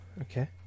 okay